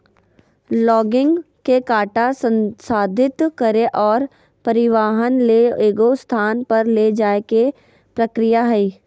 logging के काटा संसाधित करे और परिवहन ले एगो स्थान पर ले जाय के प्रक्रिया हइ